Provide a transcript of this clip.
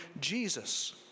Jesus